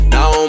Now